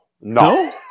no